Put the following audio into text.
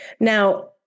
Now